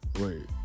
wait